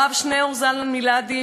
הרב שניאור זלמן מלאדי,